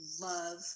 love